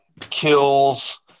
kills